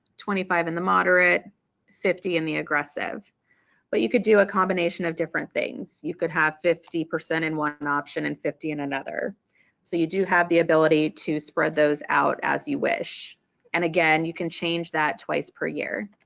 twenty five in the moderate fifty in the aggressive but you could do a combination of different things. you could have fifty percent and what an option and fifty and another so you do have the ability to spread those out as you wish and again you can change that twice per year.